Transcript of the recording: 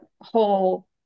whole